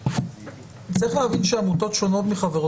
צריך להבין שעמותות שונות מחברות.